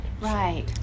Right